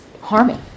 harming